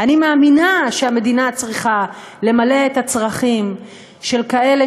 אני מאמינה שהמדינה צריכה למלא את הצרכים של כאלה